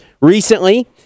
recently